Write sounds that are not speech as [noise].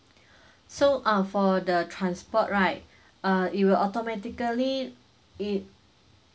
[breath] so ah for the transport right uh it will automatically it